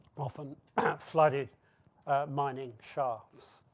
often flooded mining shafts.